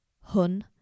hun